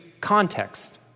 context